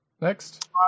Next